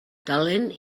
talent